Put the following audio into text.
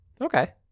Okay